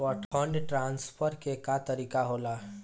Fund transfer के का तरीका होला?